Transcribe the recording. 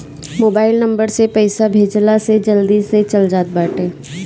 mobile number से पईसा भेजला से जल्दी से चल जात बाटे